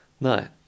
No